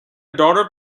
daughter